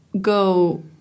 go